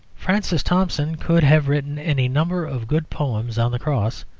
francis thompson could have written any number of good poems on the cross,